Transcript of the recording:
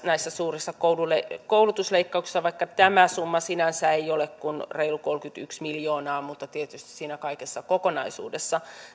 näissä suurissa koulutusleikkauksissa vaikka tämä summa sinänsä ei ole kuin reilu kolmekymmentäyksi miljoonaa tällä on tietysti siinä kaikessa kokonaisuudessa